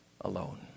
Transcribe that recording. alone